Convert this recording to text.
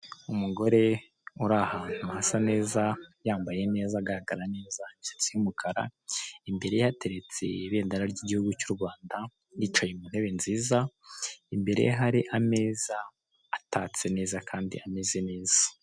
Umugore uri ahantu hasa neza, yambaye neza, agaragara neza, imisatsi y'umukara, imbere ye hateretse ibendera ry'igihugu cy'u Rwanda, yicaye mu ntebe nziza, imbere ye hari ameza atatse neza, kandi ameze neza.